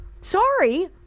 Sorry